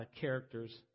characters